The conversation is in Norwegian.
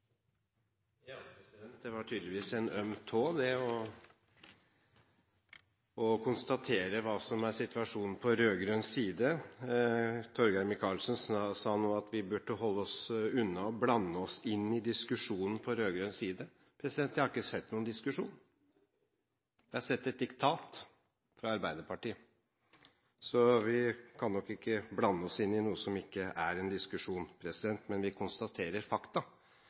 Ja, det var tydeligvis en øm tå, det å konstatere hva som er situasjon på rød-grønn side. Torgeir Micaelsen sa nå at vi burde holde oss unna å blande oss inn i diskusjonen på rød-grønn side. Jeg har ikke sett noen diskusjon. Jeg har sett et diktat fra Arbeiderpartiet. Så vi kan nok ikke blande oss inn i noe som ikke er en diskusjon, men vi konstaterer fakta.